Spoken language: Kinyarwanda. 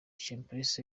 chimpreports